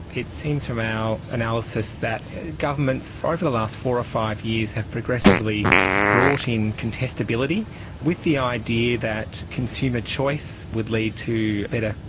it seems from our analysis that governments ah over the past four or five years have progressively brought in contestability with the idea that consumer choice would lead to better,